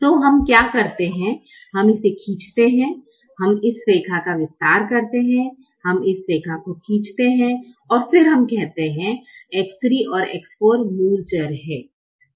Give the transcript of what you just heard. तो हम क्या करते हैं हम इसे खींचते हैं इस रेखा का विस्तार करते हैं हम इस रेखा को खींचते हैं और फिर हम कहते हैं X3 और X4 मूल चर हैं